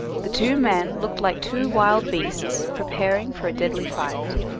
the two men looked like two wild beasts preparing for a deadly fight.